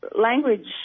language